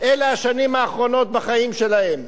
אתנו, אלה השנים האחרונות בחיים שלהם.